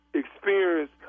experience